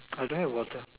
well do I have water